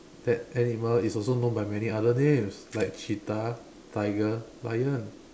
that animal is also known by many other names like cheetah tiger lion